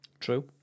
true